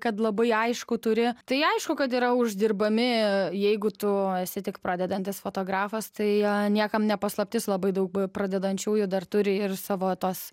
kad labai aišku turi tai aišku kad yra uždirbami jeigu tu esi tik pradedantis fotografas tai niekam ne paslaptis labai daug pradedančiųjų dar turi ir savo tuos